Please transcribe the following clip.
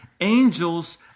angels